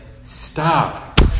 Stop